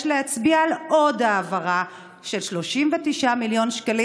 להצביע על עוד העברה של 39 מיליון שקל.